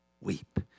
weep